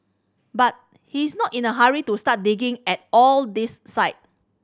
but he is not in a hurry to start digging at all these site